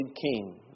king